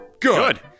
Good